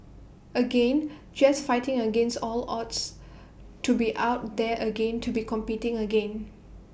again just fighting against all odds to be out there again to be competing again